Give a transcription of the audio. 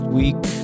week